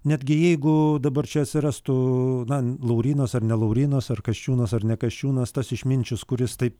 netgi jeigu dabar čia atsirastų na laurynas ar ne laurynas kasčiūnas ar ne kasčiūnas tas išminčius kuris taip